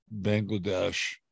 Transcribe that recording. Bangladesh